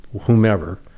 whomever